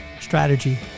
strategy